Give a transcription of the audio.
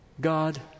God